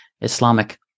Islamic